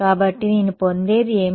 కాబట్టి నేను పొందేది ఏమిటి అంటే